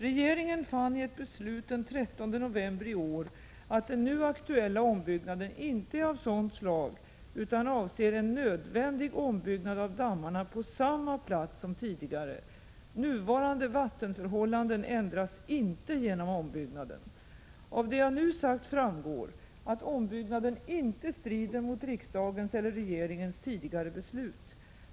Regeringen fann i ett beslut den 13 november i år att den nu aktuella ombyggnaden inte är av sådant slag utan avser en nödvändig ombyggnad av dammarna på samma plats som tidigare. Nuvarande vattenförhållanden ändras inte genom ombyggnaden. Av det jag nu sagt framgår att ombyggnaden inte strider mot riksdagens eller regeringens tidigare beslut.